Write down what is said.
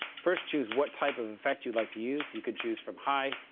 first, choose what type of effect you'd like to use. you could choose from high,